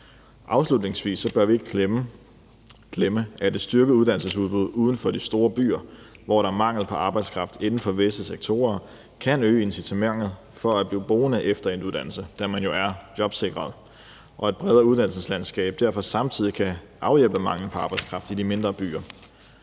Afslutningsvis bør vi ikke glemme, at et styrket uddannelsesudbud uden for de store byer, hvor der er mangel på arbejdskraft inden for visse sektorer, kan øge incitamentet til at blive boende efter en uddannelse, da man jo er jobsikret, og at et bredere uddannelseslandskab derfor samtidig kan afhjælpe manglen på arbejdskraft i de mindre byer.